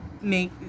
make